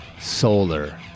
solar